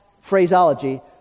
phraseology